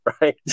right